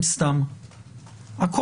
עכשיו אפשר להתחיל לדחוף למעלה את היעילות